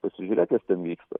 pasižiūrėk kas ten vyksta